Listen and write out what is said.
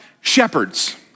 shepherds